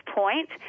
point